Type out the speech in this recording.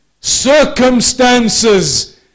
circumstances